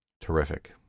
terrific